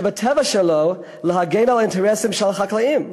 שבטבע שלו להגן על האינטרסים של החקלאים,